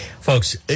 Folks